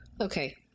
Okay